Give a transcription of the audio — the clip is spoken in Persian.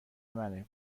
منه